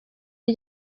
rya